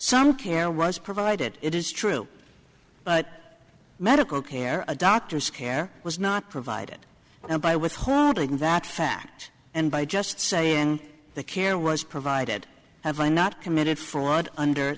some care was provided it is true but medical care a doctor's care was not provided by withholding that fact and by just saying the care was provided have i not committed